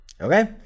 Okay